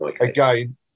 Again